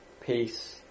peace